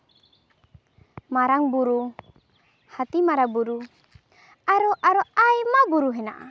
ᱢᱟᱨᱟᱝ ᱵᱩᱨᱩ ᱦᱟᱹᱛᱤᱢᱟᱨᱟ ᱵᱩᱨᱩ ᱟᱨᱚ ᱟᱨᱚ ᱟᱭᱢᱟ ᱵᱩᱨᱩ ᱦᱮᱱᱟᱜᱼᱟ